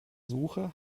suche